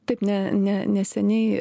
taip ne ne neseniai